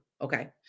Okay